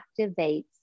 activates